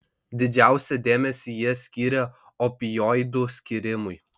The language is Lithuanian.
didžiausią dėmesį jie skyrė opioidų skyrimui